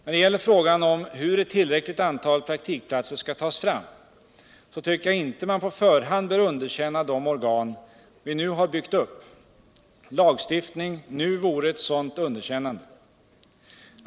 När det gäller frågan om hur et tillräckligt antal praktikplatser skall tas fram, så anser jag inte att man på förhand bör underkänna de organ vi byggt upp. Lagstiftning nu vore ett sådant underkännande.